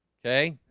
okay